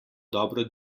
dobro